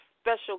special